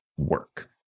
work